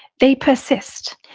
they persist.